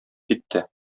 китте